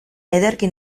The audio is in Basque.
ederki